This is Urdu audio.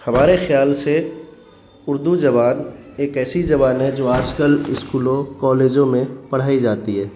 ہمارے خیال سے اردو زبان ایک ایسی زبان ہے جو آج کل اسکولوں کالجوں میں پڑھائی جاتی ہے